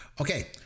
Okay